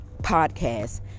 podcast